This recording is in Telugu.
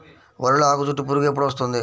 వరిలో ఆకుచుట్టు పురుగు ఎప్పుడు వస్తుంది?